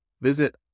Visit